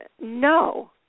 no